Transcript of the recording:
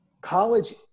College